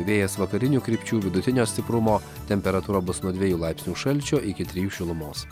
vėjas vakarinių krypčių vidutinio stiprumo temperatūra bus nuo dviejų laipsnių šalčio iki trijų šilumos